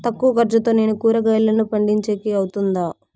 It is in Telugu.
తక్కువ ఖర్చుతో నేను కూరగాయలను పండించేకి అవుతుందా?